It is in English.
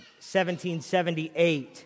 1778